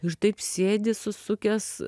ir taip sėdi susukęs